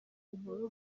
inkuru